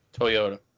Toyota